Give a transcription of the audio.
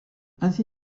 ainsi